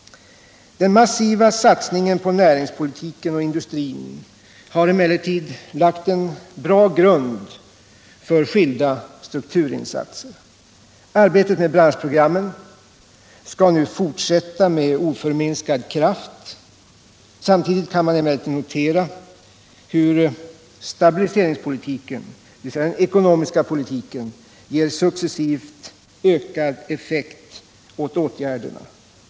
Den massiva Satsningen på näringspolitiken och industrin har emellertid lagt en bra grund för skilda strukturinsatser. Arbetet med branschprogrammen skall nu fortsätta med oförminskad kraft. Samtidigt kan man emellertid notera hur stabiliseringspolitiken, dvs. den ekonomiska politiken, ger successivt ökad effekt åt åtgärderna.